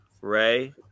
Ray